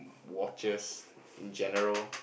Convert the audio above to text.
watches in general